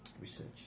research